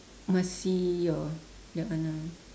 must see your that one ah